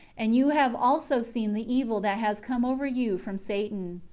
and you have also seen the evil that has come over you from satan.